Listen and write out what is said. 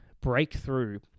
Breakthrough